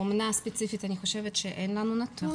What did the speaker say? באומנה ספציפית אין לנו נתון,